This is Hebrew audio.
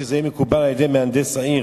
שזה יהיה מקובל על מהנדס העיר,